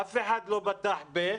אף אחד לא פתח פה,